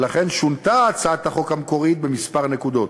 שונתה הצעת החוק המקורית בכמה נקודות: